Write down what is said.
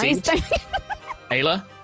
Ayla